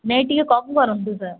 ନାଇଁ ଟିକିଏ କମ୍ କରନ୍ତୁ ସାର୍